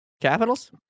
Capitals